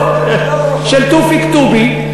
אתה שומע טוב, של תופיק טובי.